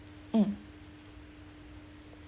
mm